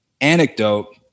anecdote